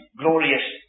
glorious